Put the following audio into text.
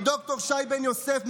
מד"ר שי בן יוסף,